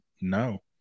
no